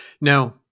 Now –